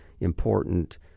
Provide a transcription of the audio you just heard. important